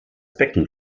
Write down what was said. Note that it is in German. becken